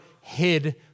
hid